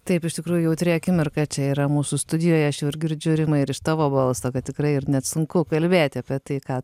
taip iš tikrųjų jautri akimirka čia yra mūsų studijoje aš jau ir girdžiu rimai ir iš tavo balso kad tikrai ir net sunku kalbėti apie tai ką